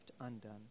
undone